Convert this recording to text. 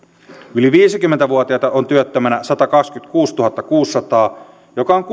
yli viisikymmentä vuotiaita on työttömänä satakaksikymmentäkuusituhattakuusisataa joka on